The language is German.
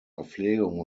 verpflegung